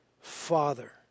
father